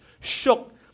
shook